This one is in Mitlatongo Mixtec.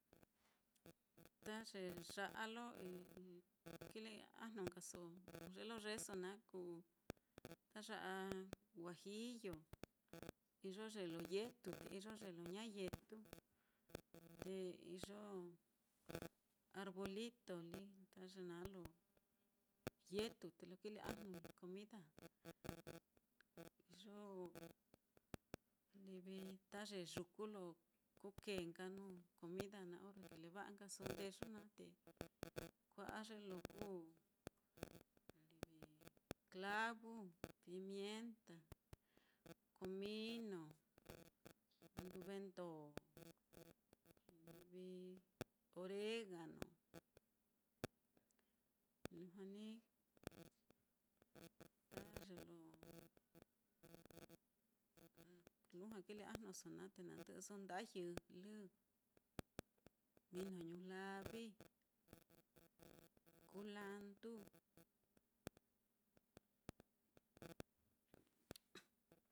ta ye ya'a lo kile ajnu nkaso ye lo yeeso naá kuu ta ya'a huajillo, iyo ye lo yetu te iyo ye lo ña yetu, te iyo arbolito lí, ta ye naá lo yetu te lo kile ajnui comida naá, iyo livi ta ye yuku lo ku kee nka nuu comida naá, orre kileva'a nkaso ndeyu naá te kua'a ye lo kuu livi clavu, pimienta, comino, nduvendo, livi oregano, lujua ní ta ye lo kile ajnuso naá te na ndɨ'ɨso nda'a yɨjlɨ, mino ñulavi, kulandu.